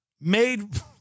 made